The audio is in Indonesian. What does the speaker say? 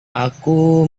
aku